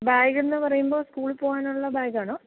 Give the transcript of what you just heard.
ബേഗെന്ന് പറയുമ്പോൾ സ്കൂളിൽ പോകാനുള്ള ബേഗ് ആണോ